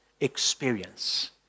experience